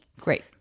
Great